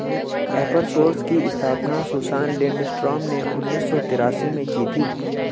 एपर सोर्स की स्थापना सुसान लिंडस्ट्रॉम ने उन्नीस सौ तेरासी में की थी